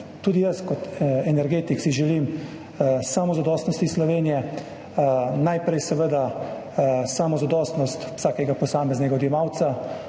tudi jaz želim samozadostnosti Slovenije, najprej seveda samozadostnost vsakega posameznega odjemalca